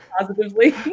Positively